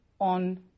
on